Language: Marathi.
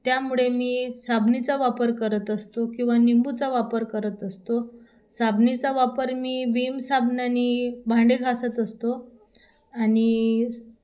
त्यामुळे मी साबणाचा वापर करत असतो किंवा निंबूचा वापर करत असतो साबणाचा वापर मी विम साबणाने भांडे घासत असतो आणि